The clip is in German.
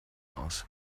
aus